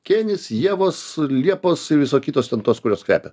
kėnis ievos liepos ir viso kitos ten tos kurios kvepia